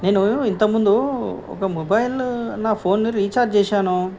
నేను ఇంతకుముందు ఒక మొబైల్ నా ఫోన్ని రీఛార్జ్ చేశాను